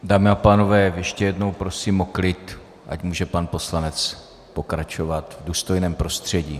Dámy a pánové, ještě jednou prosím o klid, ať může pan poslanec pokračovat v důstojném prostředí.